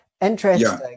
Interesting